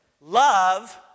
Love